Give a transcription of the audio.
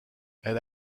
elle